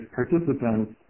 participants